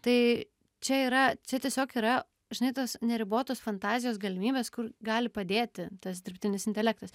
tai čia yra čia tiesiog yra žinai tas neribotos fantazijos galimybės kur gali padėti tas dirbtinis intelektas